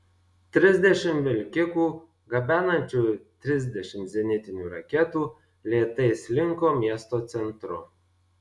trisdešimt vilkikų gabenančių trisdešimt zenitinių raketų lėtai slinko miesto centru